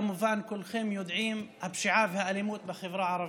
כמובן כולכם יודעים: הפשיעה והאלימות בחברה הערבית.